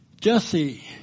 Jesse